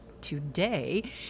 today